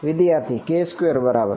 વિદ્યાર્થી k2 બરાબર